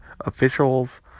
officials